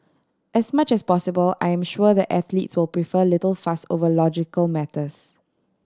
as much as possible I am sure the athletes will prefer little fuss over logical matters